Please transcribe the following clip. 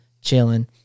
Chilling